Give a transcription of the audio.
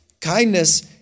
Kindness